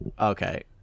okay